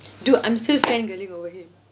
dude I'm still fangirling over him